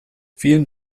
vielen